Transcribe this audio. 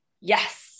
Yes